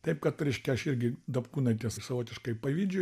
taip kad reiškia aš irgi dapkūnaitės savotiškai pavyzdžiu